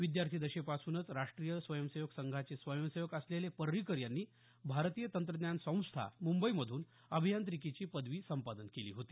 विद्यार्थीदशेपासूनच राष्ट्रीय स्वयंसेवक संघाचे स्वयंसेवक असलेले पर्रिकर यांनी भारतीय तंत्रज्ञान संस्था मुंबईमधून अभियांत्रिकीची पदवी संपादन केली होती